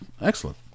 Excellent